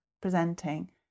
presenting